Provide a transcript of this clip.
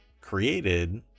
created